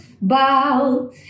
bow